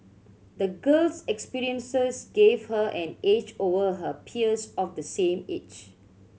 the girl's experiences gave her an edge over her peers of the same age